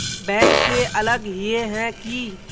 Bank से अलग हिये है की?